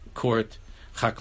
court